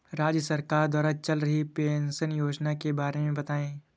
राज्य सरकार द्वारा चल रही पेंशन योजना के बारे में बताएँ?